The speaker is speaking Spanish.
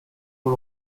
por